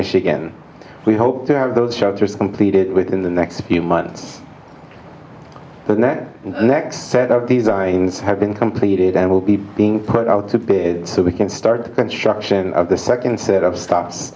michigan we hope to have those shelters completed within the next few months the neck and neck set up these iranians have been completed and will be being put out to bid so we can start the construction of the second set of sto